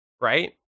right